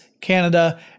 Canada